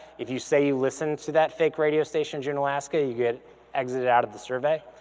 if you say you listened to that fake radio station juneau alaska, you get exited out of the survey.